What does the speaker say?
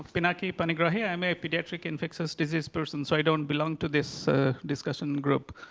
pinaki panigrahi. i'm a pediatric infectious disease person, so i don't belong to this ah discussion group.